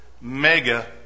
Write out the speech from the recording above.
Mega